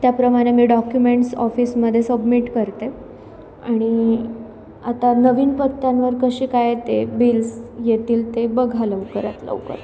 त्याप्रमाणे मी डॉक्युमेंट्स ऑफिसमधे सबमिट करते आणि आता नवीन पत्त्यांवर कसे काय ते बिल्स येतील ते बघा लवकरात लवकर